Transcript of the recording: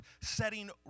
setting